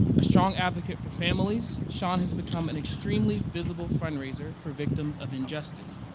a strong advocate for families, shaun has become an extremely visible fundraiser for victims of injustice.